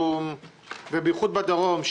ובייחוד בדרום,